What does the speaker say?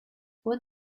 what